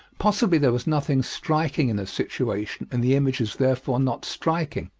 possibly there was nothing striking in the situation and the image is therefore not striking.